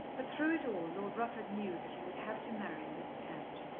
but through it all lord rufford knew that he would have to marry miss penge.